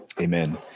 Amen